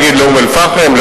נגיד לאום-אל-פחם,